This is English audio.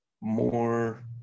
more